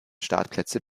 startplätze